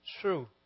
True